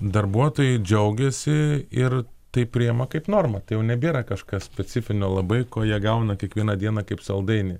darbuotojai džiaugiasi ir tai priėma kaip normą tai jau nebėra kažkas specifinio labai ko jie gauna kiekvieną dieną kaip saldainį